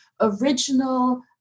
original